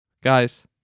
guys